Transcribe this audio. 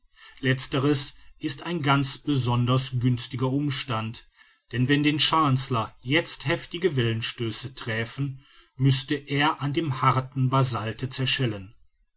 letzteres ist ein ganz besonders günstiger umstand denn wenn den chancellor jetzt heftige wellenstöße träfen müßte er an dem harten basalte zerschellen